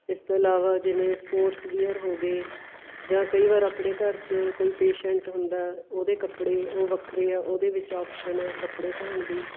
ਇਸ ਤੋਂ ਇਲਾਵਾ ਜਿਵੇਂ ਸਪੋਰਟਸ ਵੀਅਰ ਹੋ ਗਏ ਜਾਂ ਕਈ ਵਾਰ ਆਪਣੇ ਘਰ 'ਚ ਕੋਈ ਪੇਸ਼ੈਂਟ ਹੁੰਦਾ ਉਹਦੇ ਕੱਪੜੇ ਉਹ ਵੱਖਰੇ ਆ ਉਹਦੇ ਵਿੱਚ ਆਪਸ਼ਨ ਆ ਕੱਪੜੇ ਧੋਣ ਦੀ